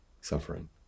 suffering